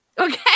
Okay